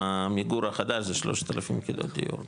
עם עמיגור החדש זה 3,000 יחידות דיור,